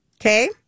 Okay